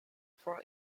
for